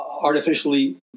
artificially